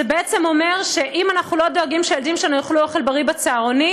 זה אומר שאם אנחנו לא דואגים שהילדים שלנו יאכלו אוכל בריא בצהרונים,